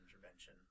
intervention